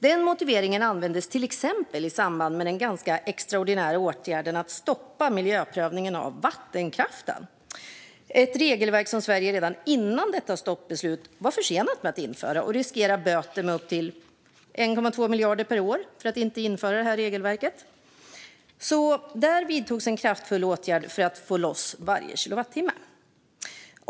Den motiveringen användes till exempel i samband med den extraordinära åtgärden att stoppa miljöprövningen av vattenkraften, ett regelverk som Sverige redan före detta stoppbeslut var försenat med att införa. Vi riskerar böter på upp till 1,2 miljarder per år för att regelverket inte införts. Där vidtogs en kraftfull åtgärd för att få loss varje kilowattimme.